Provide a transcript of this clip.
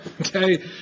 Okay